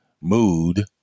Mood